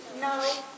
No